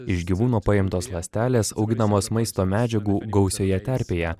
iš gyvūno paimtos ląstelės auginamos maisto medžiagų gausioje terpėje